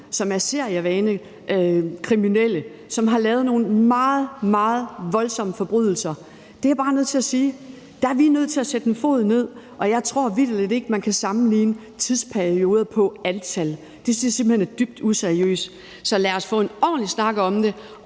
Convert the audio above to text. som er seriekriminelle, vanekriminelle, og som har begået nogle meget, meget voldsomme forbrydelser. Det er jeg bare nødt til at sige. Der er vi nødt til at sætte en fod ned. Og jeg tror vitterlig ikke, man kan sammenligne tidsperioder på antal. Det synes jeg simpelt hen er dybt useriøst. Så lad os få en ordentlig snak om det,